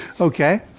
Okay